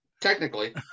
Technically